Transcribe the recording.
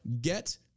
Get